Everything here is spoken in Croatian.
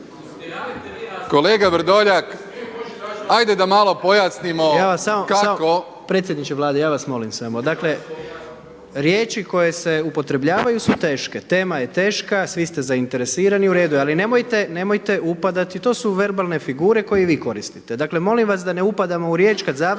Kolega Vrdoljak, ajde da razjasnimo kako